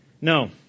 No